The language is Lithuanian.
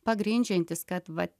pagrindžiantys kad va